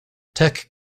tech